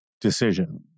decision